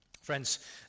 Friends